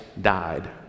died